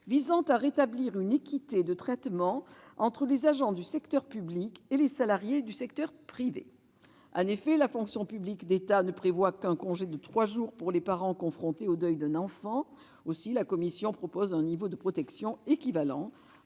visant à rétablir une équité de traitement entre les agents du secteur public et les salariés du secteur privé. En effet, la fonction publique d'État ne prévoit qu'un congé de trois jours pour les parents confrontés au deuil d'un enfant. Aussi, la commission propose un niveau de protection équivalent